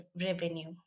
revenue